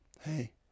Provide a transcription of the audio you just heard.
hey